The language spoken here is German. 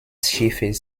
schiffes